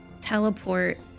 teleport